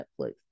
netflix